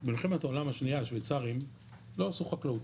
במלחמת העולם השניה השוויצרים לא עשו חקלאות,